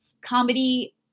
comedy